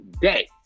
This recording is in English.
day